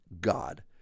God